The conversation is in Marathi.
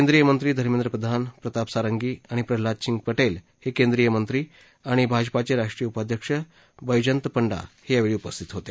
केंद्रीय मंत्री धमेंद्र प्रधान प्रताप सारंगी आणि प्रल्हाद सिंग पटेल हे केंद्रीय मंत्री आणि भाजपाचे राष्ट्रीय उपाध्यक्ष बैजयंत पंडा हे ही त्यांच्यासोबत होते